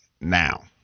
now